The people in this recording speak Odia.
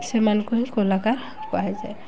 ସେମାନଙ୍କୁ ହିଁ କଲାକାର୍ କୁହାଯାଏ